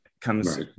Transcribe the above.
comes